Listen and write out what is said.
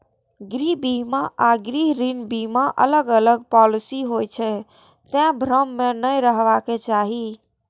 गृह बीमा आ गृह ऋण बीमा अलग अलग पॉलिसी होइ छै, तें भ्रम मे नै रहबाक चाही